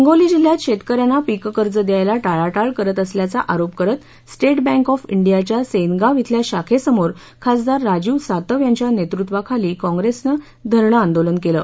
हिंगोली जिल्ह्यात शेतकऱ्यांना पिक कर्ज द्यायला टाळाटाळ करीत असल्याचा आरोप करत स्टेट बँक ऑफ डियाच्या सेनगाव थेल्या शाखेसमोर खासदार राजीव सातव यांच्या नेतृत्वाखाली कँग्रेसन धरण आदोलन केलं